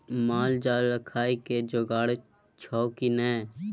माल जाल राखय के जोगाड़ छौ की नै